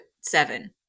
seven